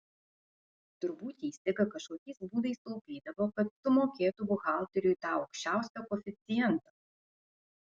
turbūt įstaiga kažkokiais būdais taupydavo kad sumokėtų buhalteriui tą aukščiausią koeficientą